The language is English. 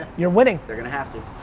you're winning. they're gonna have to.